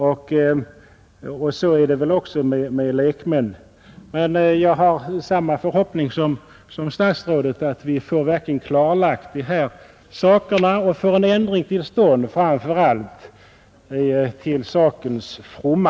Sådant är förhållandet ofta arbete vid tillträde också för lekmän. till vissa utbild Jag hyser emellertid samma förhoppning som statsrådet, att vi skall BEST kunna få dessa frågor klarlagda — och framför allt få en ändring till stånd, till sakens fromma.